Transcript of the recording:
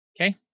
Okay